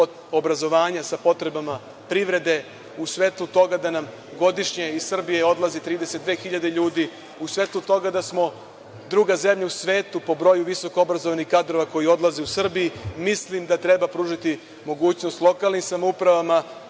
od obrazovanja sa potrebama privrede u svetlu toga da nam godišnje iz Srbije odlazi 32.000 ljudi, u svetlu toga da smo druga zemlja u svetu po broju visoko obrazovanih kadrova koji odlaze u Srbiji. Mislim da treba pružiti mogućnost lokalnim samoupravama